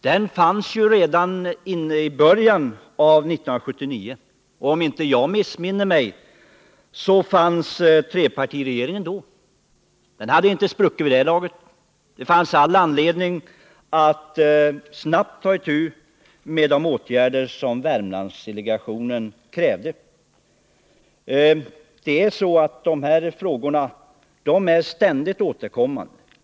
Den fanns ju redan i början av 1979. Om jag inte missminner mig fanns trepartiregeringen då; den hade inte spruckit vid det laget. Det var all anledning att snabbt ta itu med de åtgärder som Värmlandsdelegationen krävde. De här frågorna är ständigt återkommande.